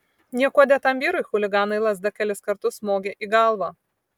niekuo dėtam vyrui chuliganai lazda kelis kartus smogė į galvą